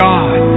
God